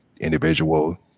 individual